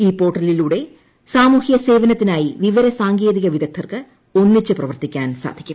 ഈ പോർട്ടലിലൂടെ സാമൂഹ്യസേവനത്തിനായി വിവരസാങ്കേതിക വിദഗ്ധർക്ക് ഒന്നിച്ച് പ്രവർത്തിക്കാൻ സാധിക്കും